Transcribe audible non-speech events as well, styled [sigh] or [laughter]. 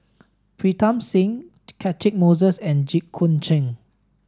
Pritam Singh [unintelligible] Catchick Moses and Jit Koon Ch'ng